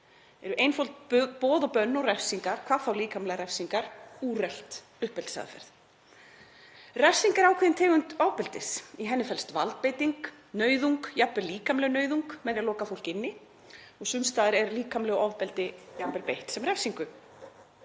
eru einföld boð og bönn og refsingar, hvað þá líkamlegar refsingar, úrelt uppeldisaðferð. Refsing er ákveðin tegund ofbeldis. Í henni felst valdbeiting, nauðung, jafnvel líkamleg nauðung, með því að loka fólk inni, og sums staðar er líkamlegu ofbeldi jafnvel beitt sem refsingu